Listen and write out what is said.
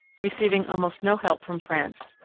receiving almost no help from france,